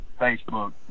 Facebook